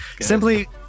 Simply